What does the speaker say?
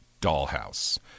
dollhouse